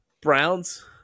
Browns